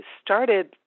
started